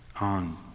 on